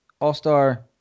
all-star